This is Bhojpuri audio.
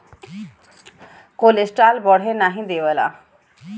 कोलेस्ट्राल बढ़े नाही देवला